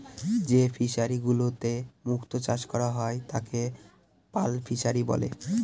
যে ফিশারিগুলোতে মুক্ত চাষ করা হয় তাকে পার্ল ফিসারী বলে